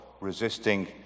resisting